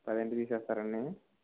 పదింటికి తీసేస్తారా అండి